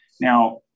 Now